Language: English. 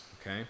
okay